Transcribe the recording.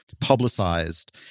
publicized